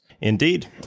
Indeed